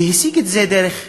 והשיג את זה דרך חוק.